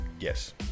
Yes